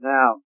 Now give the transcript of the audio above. Now